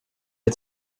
der